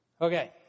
Okay